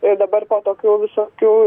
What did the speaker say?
ir dabar po tokių visokių